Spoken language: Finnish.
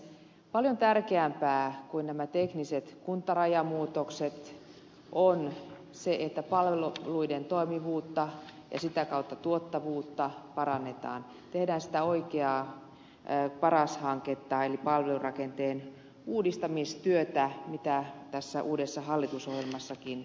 paljon tärkeämpää kuin nämä tekniset kuntarajamuutokset on se että palveluiden toimivuutta ja sitä kautta tuottavuutta parannetaan tehdään sitä oikeaa paras hanketta eli palvelurakenteen uudistamistyötä mitä tässä uudessa hallitusohjelmassakin on